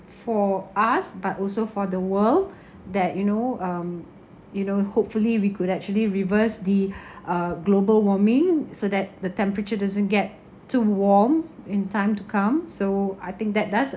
for us but also for the world that you know um you know hopefully we could actually reverse the uh global warming so that the temperature doesn't get too warm in time to come so I think that that's